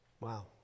Wow